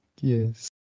Yes